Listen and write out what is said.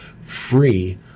free